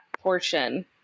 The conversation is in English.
portion